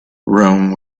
rome